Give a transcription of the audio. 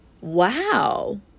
wow